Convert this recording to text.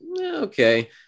okay